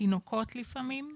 תינוקות לפעמים,